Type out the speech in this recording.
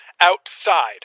outside